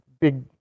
big